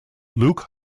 luke